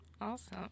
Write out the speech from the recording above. Awesome